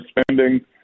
spending